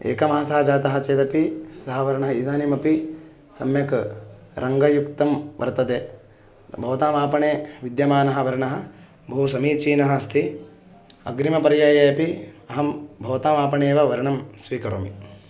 एकमासः जातः चेदपि सः वर्णः इदानीमपि सम्यक् रङ्गयुक्तं वर्तते भवताम् आपणे विद्यमानः वर्णः बहु समीचीनः अस्ति अग्रिमपर्याये अपि अहं भवताम् आपणे एव वर्णं स्वीकरोमि